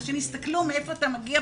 אנשים הסתכלו מאיפה אתה מגיע?